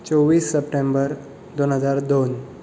चोवीस सप्टेंबर दोन हजार दोन